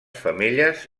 femelles